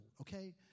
okay